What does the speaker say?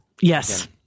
yes